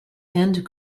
end